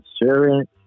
insurance